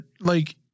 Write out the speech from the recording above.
Like-